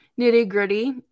nitty-gritty